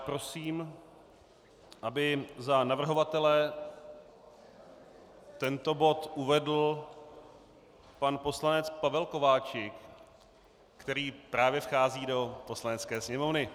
Prosím, aby za navrhovatele tento bod uvedl pan poslanec Pavel Kováčik, který právě vchází do Poslanecké sněmovny.